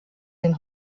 den